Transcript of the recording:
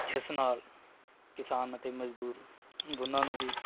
ਜਿਸ ਨਾਲ ਕਿਸਾਨ ਅਤੇ ਮਜ਼ਦੂਰ ਦੋਨਾਂ ਨੂੰ ਹੀ